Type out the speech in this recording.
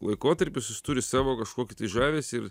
laikotarpis jis turi savo kažkokį tai žavesį ir